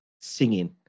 singing